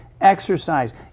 exercise